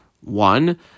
one